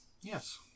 Yes